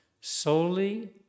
solely